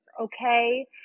Okay